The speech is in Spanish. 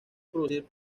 producir